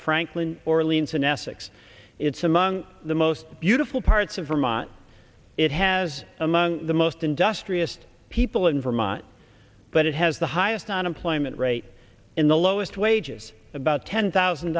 franklin orleans in essex it's among the most beautiful parts of vermont it has among the most industrious people in vermont but it has the highest unemployment rate in the lowest wages about ten thousand